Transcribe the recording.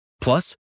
Plus